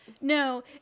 No